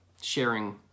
sharing